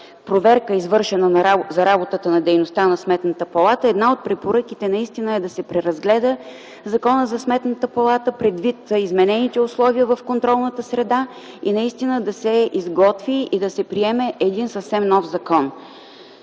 проверка, извършена за работата на дейността на Сметната палата. Една от препоръките наистина е да се преразгледа Законът за Сметната палата, предвид изменените условия в контролната среда и наистина да се изготви и да се приеме един съвсем нов закон.